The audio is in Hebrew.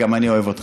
גם אני אוהב אותך.